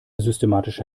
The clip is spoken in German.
systematische